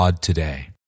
today